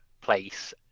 place